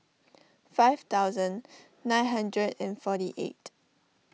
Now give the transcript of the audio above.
five thousand nine hundred and forty eight